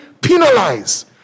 penalize